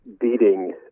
beating